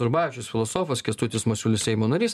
rubavičius filosofas kęstutis masiulis seimo narys